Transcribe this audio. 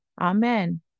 amen